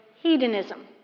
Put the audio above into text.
hedonism